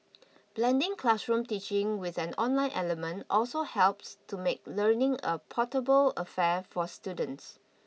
blending classroom teaching with an online element also helps to make learning a portable affair for students